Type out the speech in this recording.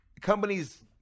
Companies